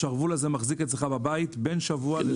השרוול הזה מחזיק אצלך בבית בין שבוע לשבועיים.